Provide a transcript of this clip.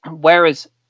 whereas